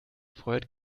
freut